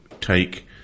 take